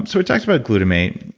so we talked about glutamate.